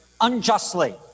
unjustly